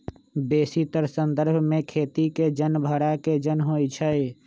बेशीतर संदर्भ में खेती के जन भड़ा के जन होइ छइ